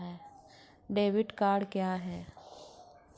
Debit card क्या है?